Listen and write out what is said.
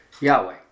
Yahweh